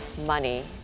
Money